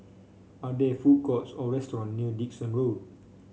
are there food courts or restaurants near Dickson Road